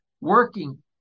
working